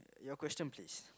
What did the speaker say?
your question please